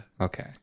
Okay